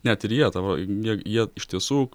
net ir jie tavo jie jie iš tiesų